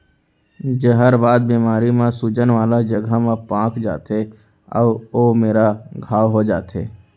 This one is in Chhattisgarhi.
जहरबाद बेमारी म सूजन वाला जघा ह पाक जाथे अउ ओ मेरा घांव हो जाथे